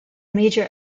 major